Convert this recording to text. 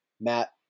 Matt